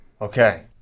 Okay